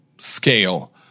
scale